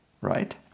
right